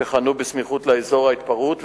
שחנו בסמיכות לאזור ההתפרעות.